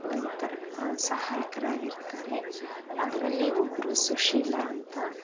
ಒಂಥರ ಸಹಾಯಕರಾಗಿರ್ತಾರೆ ಅದರಲ್ಲಿ ಒಬ್ಬರು ಸುಶೀಲಾ ಅಂತ